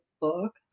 book